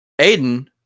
Aiden